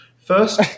first